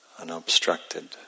unobstructed